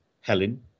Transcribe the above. Helen